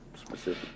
specific